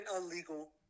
illegal